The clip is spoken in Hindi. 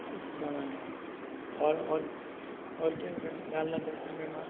अच्छा मैम और और और क्या डालना चहती है मैम आप